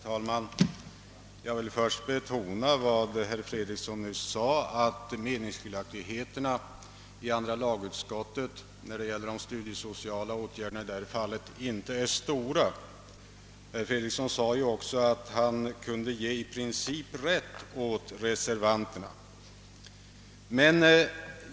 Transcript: Herr talman! Jag vill först betona — liksom herr Fredriksson nyss — att meningsskiljaktigheterna om de studiesociala åtgärderna inte var stora i andra lagutskottet. Herr Fredriksson sade också att han i princip kunde ge reservanterna rätt.